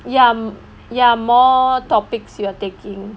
ya ya more topics you are taking